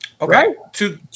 Okay